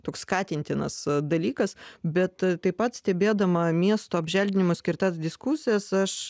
toks skatintinas dalykas bet taip pat stebėdama miesto apželdinimui skirtas diskusijas aš